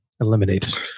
Eliminated